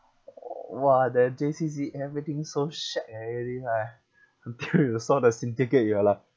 w~ !wah! then J_C_C everything so shag already lah until you saw the cynthia gate you are like